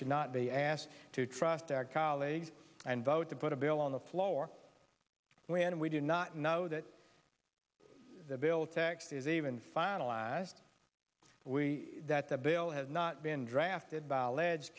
should not be asked to trust our colleague and vote to put a bill on the floor when we do not know that the bill text is even finalized we that the bill has not been drafted by alleged